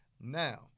Now